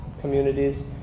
communities